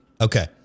Okay